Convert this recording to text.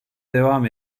devam